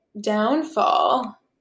downfall